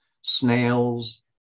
snails